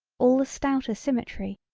all the stouter symmetry.